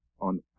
on